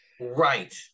right